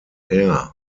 air